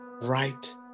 right